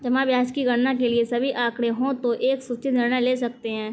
जमा ब्याज की गणना के लिए सभी आंकड़े हों तो एक सूचित निर्णय ले सकते हैं